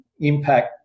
impact